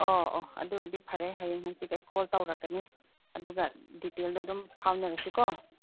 ꯑꯣ ꯑꯣ ꯑꯗꯨ ꯑꯣꯏꯔꯗꯤ ꯐꯔꯦ ꯍꯌꯦꯡ ꯍꯪꯆꯤꯠ ꯑꯩ ꯀꯣꯜ ꯇꯧꯔꯛꯀꯅꯤ ꯑꯗꯨꯒ ꯗꯤꯇꯦꯜꯗꯨ ꯑꯗꯨꯝ ꯐꯥꯎꯅꯔꯁꯤꯀꯣ